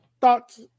thoughts